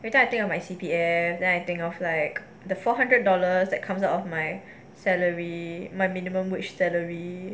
later I think of my C_P_F then I think of like the four hundred dollars that comes out of my salary my minimum wage salary